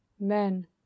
men